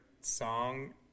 song